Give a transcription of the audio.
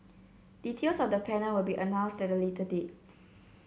details of the panel will be announced at a later date